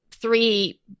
three